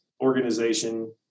organization